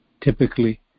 typically